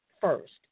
first